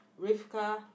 Rivka